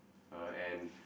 uh and